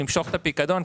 למשוך את הפיקדון,